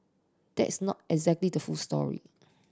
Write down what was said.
that's not exactly the full story